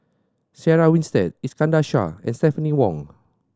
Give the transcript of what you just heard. Sarah Winstedt Iskandar Shah and Stephanie Wong